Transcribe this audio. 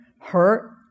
hurt